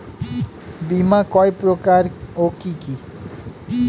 বীমা কয় প্রকার কি কি?